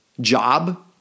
job